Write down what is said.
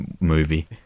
movie